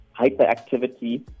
hyperactivity